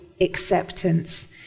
acceptance